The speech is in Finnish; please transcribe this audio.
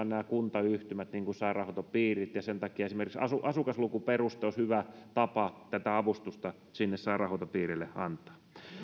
nämä kuntayhtymät niin kuin sairaanhoitopiirit ja sen takia esimerkiksi asukaslukuperuste olisi hyvä tapa tätä avustusta sinne sairaanhoitopiireille antaa